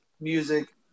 music